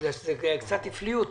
בגלל שזה קצת הפליא אותי.